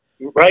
Right